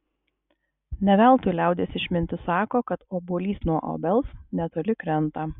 ne veltui liaudies išmintis sako kad obuolys nuo obels netoli krenta